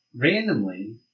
randomly